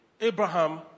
Abraham